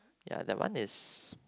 ya that one is